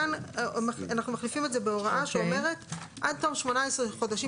כאן אנחנו מחליפים את זה בהוראה שאומרת שעד תום 18 חודשים